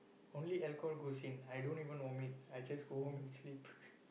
only alcohol goes in I don't even vomit I just go home and sleep